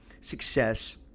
success